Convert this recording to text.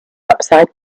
upside